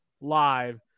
live